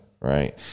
Right